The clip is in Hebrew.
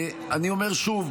אני אומר שוב,